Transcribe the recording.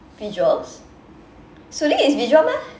visuals sulli is visuals meh